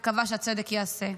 מקווה שהצדק ייעשה.